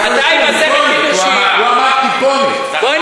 הוא אמר כיפונת.